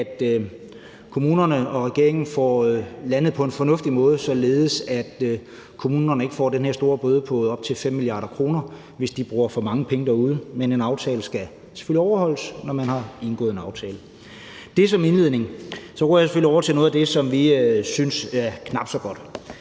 at kommunerne og regeringen får landet det på en fornuftig måde, således at kommunerne ikke får den her store bøde på op til 5 mia. kr., hvis de bruger for mange penge derude. Men en aftale skal selvfølgelig overholdes, når man har indgået en den. Det er min indledning. Så går jeg selvfølgelig over til noget af det, som vi synes er knap så godt.